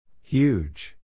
Huge